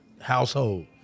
household